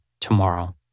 tomorrow